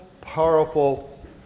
powerful